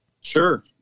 Sure